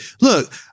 look